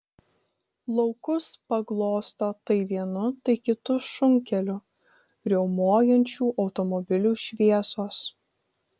laukus paglosto tai vienu tai kitu šunkeliu riaumojančių automobilių šviesos